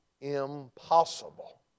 impossible